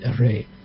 array